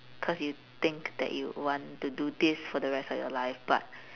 cause you think that you'd want to do this for the rest of your life but